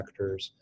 vectors